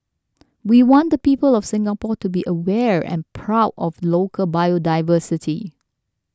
we want the people of Singapore to be aware and proud of local biodiversity